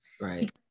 Right